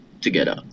together